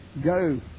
go